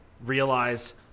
realize